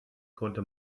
konnte